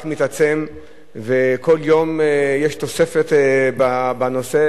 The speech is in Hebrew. רק מתעצם וכל יום יש תוספת בנושא,